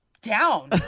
down